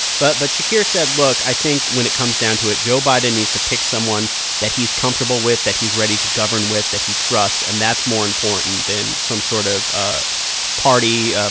but but shakir said, look i think when it comes down to it, joe biden needs to pick someone that he's comfortable with, that he's ready to govern with, that he trusts. and that's more important than some sort of ah party, ah